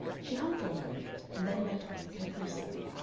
she hung for a moment, and then went on, conclusively,